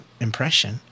impression